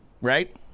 Right